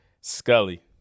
Scully